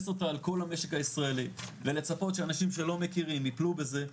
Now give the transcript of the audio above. אותה על כל המשק הישראלי ולצפות שאנשים שלא מכירים יפלו בזה,